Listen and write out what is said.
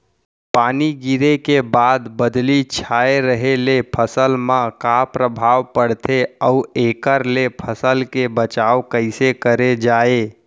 पानी गिरे के बाद बदली छाये रहे ले फसल मा का प्रभाव पड़थे अऊ एखर ले फसल के बचाव कइसे करे जाये?